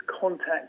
contact